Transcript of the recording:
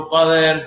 Father